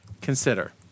Consider